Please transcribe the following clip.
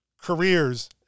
Careers